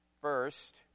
First